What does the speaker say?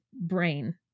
brain